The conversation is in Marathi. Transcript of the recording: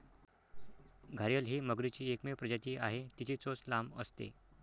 घारीअल ही मगरीची एकमेव प्रजाती आहे, तिची चोच लांब असते